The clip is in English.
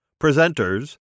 Presenters